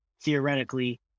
theoretically